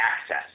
access